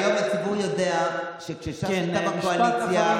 היום הציבור יודע שכשאתה בקואליציה,